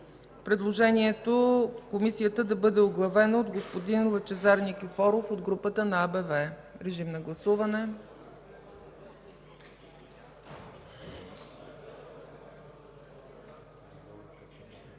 предложението Комисията да бъде оглавена от господин Лъчезар Никифоров от групата на АБВ. Режим на гласуване.